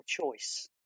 choice